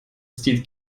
stil